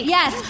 Yes